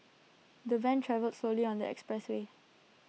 the van travelled slowly on the expressway